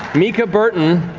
mica burton,